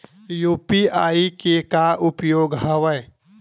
UPI के का उपयोग हवय?